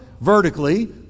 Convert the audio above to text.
vertically